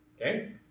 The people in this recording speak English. Okay